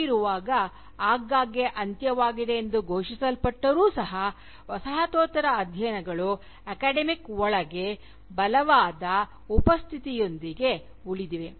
ಹೀಗಿರುವಾಗ ಆಗಾಗ್ಗೆ ಅಂತ್ಯವಾಗಿದೆ ಎಂದು ಘೋಷಿಸಲ್ಪಟ್ಟಿದ್ದರೂ ಸಹ ವಸಾಹತೋತ್ತರ ಅಧ್ಯಯನಗಳು ಅಕಾಡೆಮಿಕ್ ಒಳಗೆ ಬಲವಾದ ಉಪಸ್ಥಿತಿಯೊಂದಿಗೆ ಉಳಿದಿವೆ